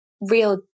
real